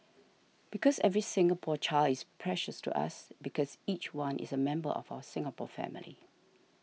because every Singapore child is precious to us because each one is a member of our Singapore family